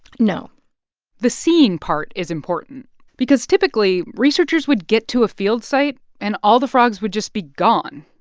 no the seeing part is important because, typically, researchers would get to a field site and all the frogs would just be gone.